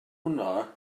hwnna